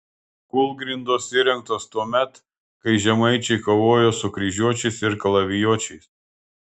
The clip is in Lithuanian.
kūlgrindos įrengtos tuomet kai žemaičiai kovojo su kryžiuočiais ir kalavijuočiais